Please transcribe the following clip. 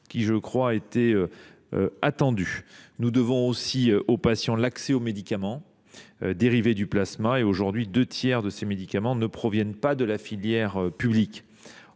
je le crois, attendu. Nous devons aussi aux patients l’accès aux médicaments dérivés du plasma. Or, aujourd’hui, les deux tiers de ces médicaments ne proviennent pas de la filière publique.